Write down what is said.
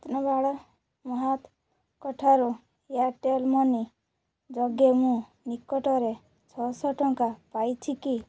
ରତ୍ନବାଳା ମହାତଙ୍କ ଠାରୁ Airtel money ଯୋଗେ ମୁଁ ନିକଟରେ ଛଅଶହ ଟଙ୍କା ପାଇଛି କି